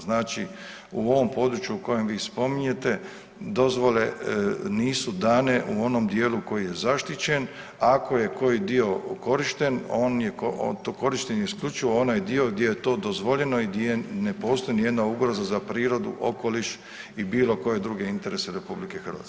Znači u ovom području u kojem vi spominjete, dozvole nisu dane u onom dijelu koji je zaštićen, ako je koji dio korišten, on je, to korištenje isključivo onaj dio gdje je to dozvoljeno i gdje ne postoji nijedna ugroza za prirodu, okoliš i bilo koje druge interese RH.